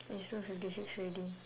is two fifty six already